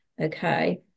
okay